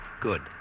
Good